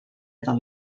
del